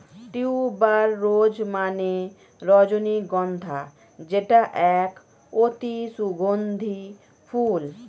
tuber rose মানে রজনীগন্ধা যেটা এক অতি সুগন্ধি ফুল